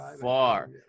far